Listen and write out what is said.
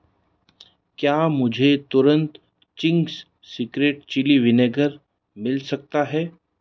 क्या मुझे तुरन्त चिंग्स सीक्रेट चिली विनेगर मिल सकता है